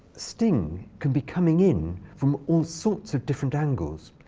sting could be coming in from all sorts of different angles.